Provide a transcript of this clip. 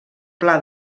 pla